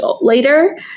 later